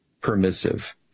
permissive